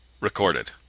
recorded